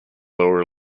lower